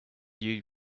you